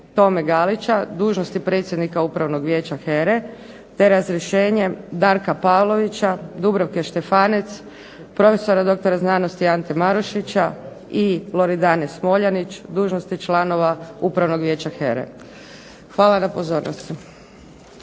Hvala na pozornosti.